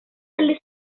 alle